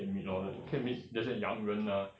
orh I see